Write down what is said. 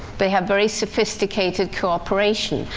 they have very sophisticated cooperation.